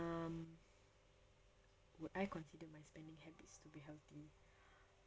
um would I consider my spending habits to be healthy